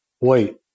wait